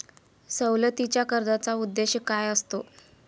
सवलतीच्या कर्जाचा उद्देश काय असतो?